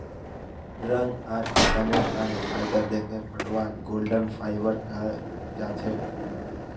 रंग आर किसानेर तने फायदा दखे पटवाक गोल्डन फाइवर कहाल जाछेक